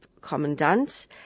commandant